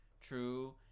true